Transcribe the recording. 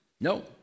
No